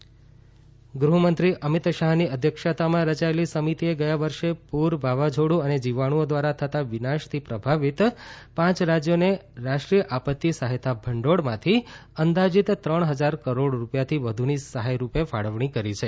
અમિત શાહ્ ગૃહમંત્રી અમિત શાહની અધ્યક્ષતામાં રયાયેલી સમિતિએ ગયા વર્ષે પુર વાવાઝોડુ અને જીવાણુંઓ દ્વારા થતાં વિનાશથી પ્રભાવિત પાંચ રાજયોને રાષ્ટ્રીય આપત્તી સહાયતા ભંડોળમાંથી અંદાજીત ત્રણ હજાર કરોડ રૂપિયાથી વધુની સહાય રૂપે ફાળવણી કરી છે